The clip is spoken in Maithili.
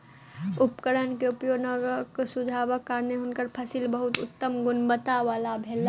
उपकरण के उपयोगक सुझावक कारणेँ हुनकर फसिल बहुत उत्तम गुणवत्ता वला भेलैन